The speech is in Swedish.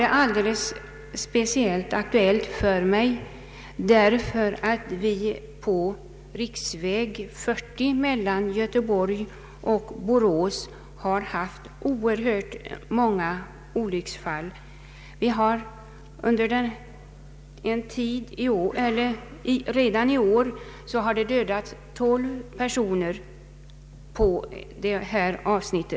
Detta är särskilt aktuellt för mig därför att vi på riksväg 40 mellan Göteborg och Borås har haft oerhört många olycksfall. Hittills i år har 12 personer dödats på detta avsnitt.